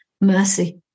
mercy